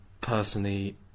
personally